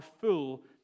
full